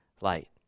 light